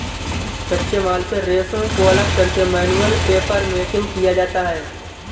कच्चे माल से रेशों को अलग करके मैनुअल पेपरमेकिंग किया जाता है